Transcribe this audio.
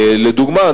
לדוגמה,